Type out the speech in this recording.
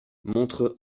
montre